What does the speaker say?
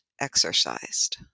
exercised